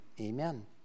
Amen